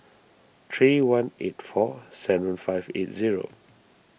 three one eight four seven five eight zero